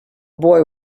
boy